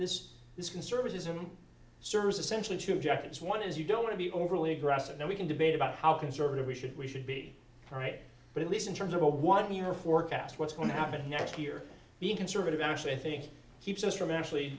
this is conservatism service essentially two objectives one is you don't want to be overly aggressive and we can debate about how conservative we should we should be all right but at least in terms of a one year forecast what's going to happen next year being conservative actually i think keeps us from actually